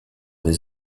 des